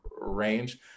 range